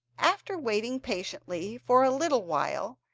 after waiting patiently for a little while,